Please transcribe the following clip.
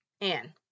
Anne